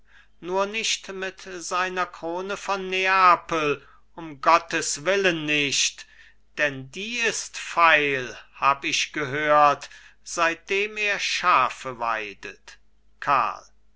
nur nicht mit seiner krone von neapel um gotteswillen nicht denn die ist feil hab ich gehört seitdem er schafe weidet